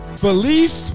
Belief